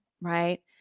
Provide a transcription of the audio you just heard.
right